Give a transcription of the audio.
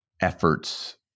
efforts